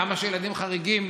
למה שילדים חריגים